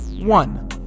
One